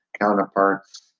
counterparts